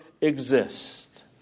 exist